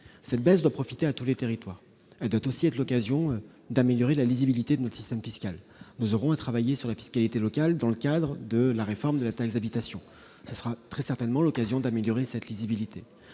Cette baisse doit profiter à tous les territoires. Elle doit aussi être l'occasion d'améliorer la lisibilité de notre système fiscal. Nous aurons à travailler sur la fiscalité locale dans le cadre de la réforme de la taxe d'habitation ; ce sera très certainement l'occasion d'améliorer cette lisibilité.